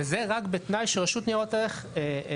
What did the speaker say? וזה רק בתנאי שרשות ניירות ערך מאשרת.